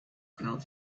clouds